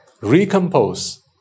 recompose